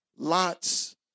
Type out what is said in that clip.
Lot's